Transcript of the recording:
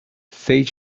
said